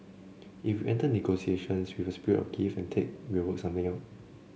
if we enter negotiations with a spirit of give and take we will work something out